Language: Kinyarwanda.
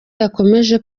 ikomeje